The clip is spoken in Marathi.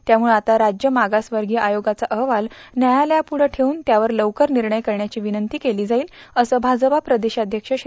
त्यामुळं आता राज्य मागास वर्गीय आयोगाचा अहवाल न्यायालयापुढं ठेवन्न त्यावर लवकर निर्णय करण्याची विनंती केली जाईल असं भाजपा प्रदेशाध्यक्ष श्री